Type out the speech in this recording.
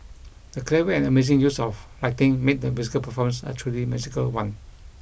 the clever and amazing use of lighting made the musical performance a truly magical one